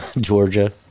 Georgia